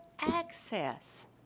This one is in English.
access